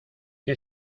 qué